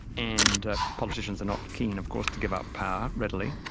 and politicians are not keen of course to give up power readily.